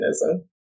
mechanism